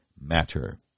matter